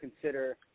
consider